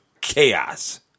chaos